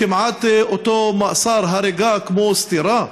כמעט אותו מאסר על הריגה כמו על סטירה?